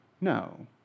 No